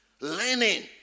learning